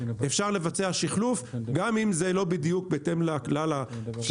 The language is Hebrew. אפשר לבצע שחלוף גם אם זה לא בדיוק בהתאם לכלל של ה-PTI הזה.